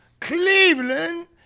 cleveland